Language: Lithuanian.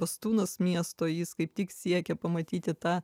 bastūnas miesto jis kaip tik siekė pamatyti tą